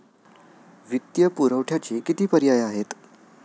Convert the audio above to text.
वित्तीय पुरवठ्याचे किती पर्याय आहेत का?